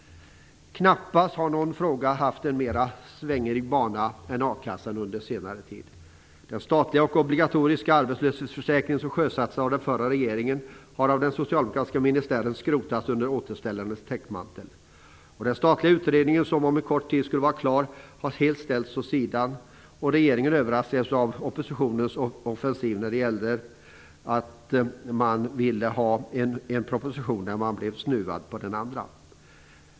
Knappast har någon fråga haft en mera svängig bana än frågan om a-kassan under senare tid. Den statliga och obligatoriska arbetslöshetsförsäkringen, som sjösattes av den förra regeringen, har av den socialdemokratiska ministären skrotats under återställandets täckmantel. Den statliga utredningen, som om en kort tid skulle vara klar, har helt ställts åt sidan. Regeringen överraskades av oppositionens offensiv. Man ville ha en proposition, när man nu blev snuvad på den första.